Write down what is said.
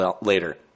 later